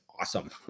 awesome